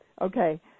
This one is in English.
Okay